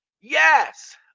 Yes